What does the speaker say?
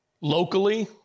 Locally